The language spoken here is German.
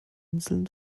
inseln